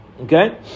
Okay